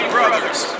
Brothers